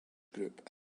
group